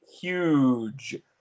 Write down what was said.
Huge